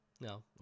No